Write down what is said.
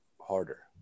harder